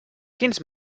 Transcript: quins